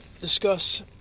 discuss